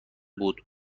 بود